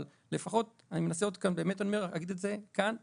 אני מנסה כאן להיות מינימליסט,